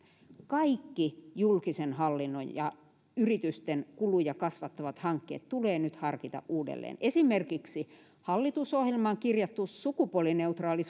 kaikki julkisen hallinnon ja yritysten kuluja kasvattavat hankkeet tulee nyt harkita uudelleen esimerkiksi hallitusohjelmaan kirjattu sukupuolineutraali